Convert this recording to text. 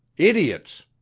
idiots!